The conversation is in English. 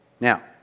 Now